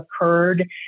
occurred